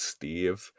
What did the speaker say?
Steve